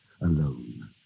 alone